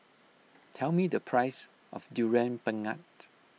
tell me the price of Durian Pengat